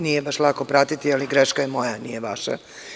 Nije baš lako pratiti, ali greška je moja, nije vaša.